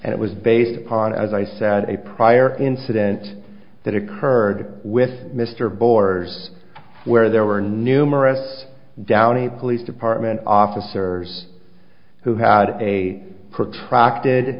and it was based upon as i said a prior incident that occurred with mr borders where there were numerous downey police department officers who had a protracted